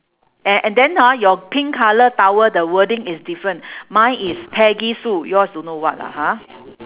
a~ and then ah your pink colour towel the wording is different mine is peggy sue yours don't know what lah ha